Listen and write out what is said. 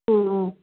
অঁ অঁ